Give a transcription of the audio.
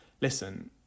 listen